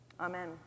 Amen